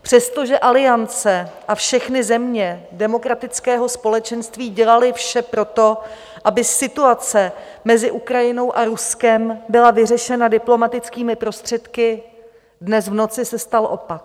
Přestože Aliance a všechny země demokratického společenství dělaly vše pro to, aby situace mezi Ukrajinou a Ruskem byla vyřešena diplomatickými prostředky, dnes v noci se stal opak.